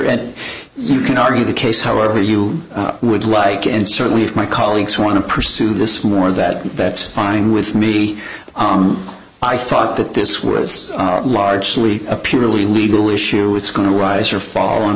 and you can argue the case however you would like and certainly if my colleagues want to pursue this more of that that's fine with me on i thought that this was largely a purely legal issue it's going to rise or fall on